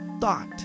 thought